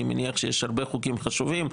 אני מניח שיש הרבה חוקים חשובים,